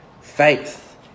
faith